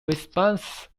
response